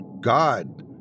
God